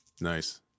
Nice